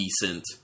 decent